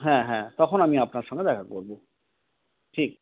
হ্যাঁ হ্যাঁ তখন আমি আপনার সঙ্গে দেখা করব ঠিক